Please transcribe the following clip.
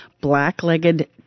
black-legged